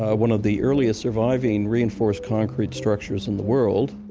ah one of the earliest surviving reinforced concrete structures in the world.